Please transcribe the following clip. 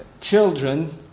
children